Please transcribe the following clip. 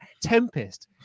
Tempest